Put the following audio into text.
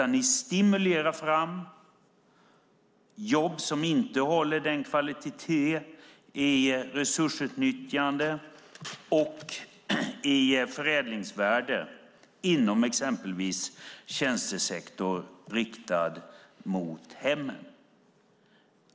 Ni stimulerar i stället fram jobb som inte håller god kvalitet i resursutnyttjande och förädlingsvärde, inom exempelvis tjänstesektor riktad mot hemmen.